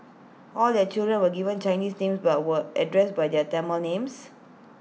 all their children were given Chinese names but were addressed by their Tamil names